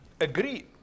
agree